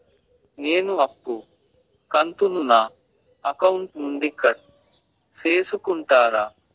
నేను అప్పు కంతును నా అకౌంట్ నుండి కట్ సేసుకుంటారా?